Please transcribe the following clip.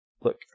Look